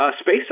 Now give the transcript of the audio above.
space